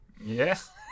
Yes